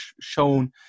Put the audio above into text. shown